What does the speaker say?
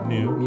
New